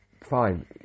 Fine